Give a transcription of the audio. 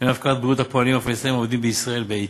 בעניין הפקרת בריאות הפועלים הפלסטינים העובדים בישראל בהיתר.